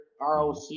ROC